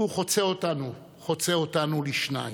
הוא חוצה אותנו, חוצה אותנו לשניים.